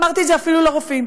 אמרתי את זה אפילו לרופאים.